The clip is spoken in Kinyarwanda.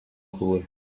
kubura